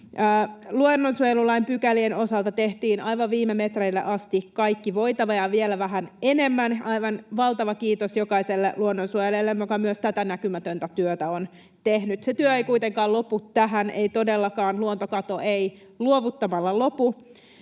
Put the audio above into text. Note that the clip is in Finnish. Luonnonsuojelulain pykälien osalta tehtiin aivan viime metreille asti kaikki voitava ja vielä vähän enemmän, aivan valtava kiitos jokaiselle luonnonsuojelijalle, joka myös tätä näkymätöntä työtä on tehnyt. Se työ ei kuitenkaan lopu tähän, ei todellakaan. Luontokato ei luovuttamalla lopu.